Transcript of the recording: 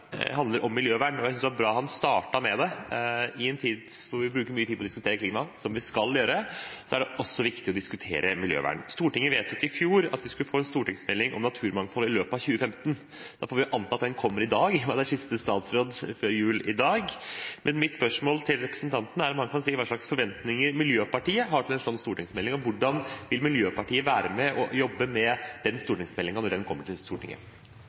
miljøvern, og jeg synes det var bra han startet med det. I en tid hvor vi bruker mye tid på å diskutere klima, som vi skal gjøre, er det også viktig å diskutere miljøvern. Stortinget vedtok i fjor at vi skulle få en stortingsmelding om naturmangfold i løpet av 2015 – da får vi anta at den kommer i dag, da det er siste statsråd før jul i dag. Mitt spørsmål til representanten er om han kan si hva slags forventninger Miljøpartiet har til en sånn stortingsmelding, og hvordan vil Miljøpartiet være med og jobbe med den stortingsmeldingen når den kommer til Stortinget?